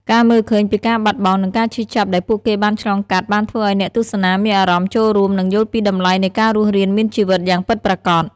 ការមើលឃើញពីការបាត់បង់ និងការឈឺចាប់ដែលពួកគេបានឆ្លងកាត់បានធ្វើឲ្យអ្នកទស្សនាមានអារម្មណ៍ចូលរួម និងយល់ពីតម្លៃនៃការរស់រានមានជីវិតយ៉ាងពិតប្រាកដ។